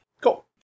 Cool